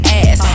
ass